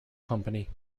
company